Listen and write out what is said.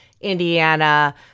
Indiana